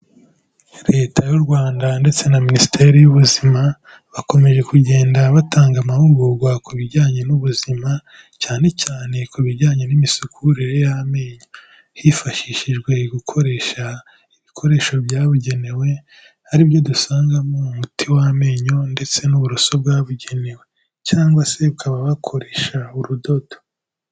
Leta y'u Rwanda, ndetse na minisiteri y'ubuzima, bakomeje kugenda batanga amahugurwa ku bijyanye n'ubuzima, cyane cyane ku bijyanye n'imisukurire y'amenyo. Hifashishijwe gukoresha ibikoresho byabugenewe, aribyo dusangamo umuti w'amenyo, ndetse n'uburoso bwabugenewe. Cyangwa se ukaba wakoresha urudodo.